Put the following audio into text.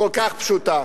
כל כך פשוטה,